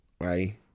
Right